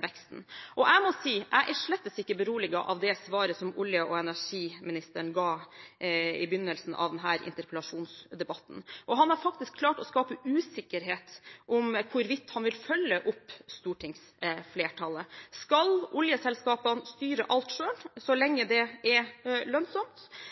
veksten. Jeg må si at jeg er slett ikke beroliget av det svaret som olje- og energiministeren ga i begynnelsen av denne interpellasjonsdebatten, og han har faktisk klart å skape usikkerhet om hvorvidt han vil følge opp stortingsflertallet. Skal oljeselskapene styre alt selv, så lenge det er lønnsomt?